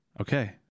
okay